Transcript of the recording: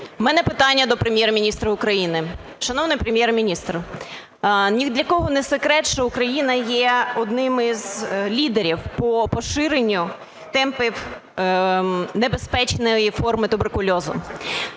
У мене питання до Прем'єр-міністра України. Шановний Прем?єр-міністр, ні для кого не секрет, що Україна є одним із лідерів по поширенню темпів небезпечної форми туберкульозу.